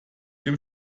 dem